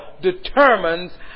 determines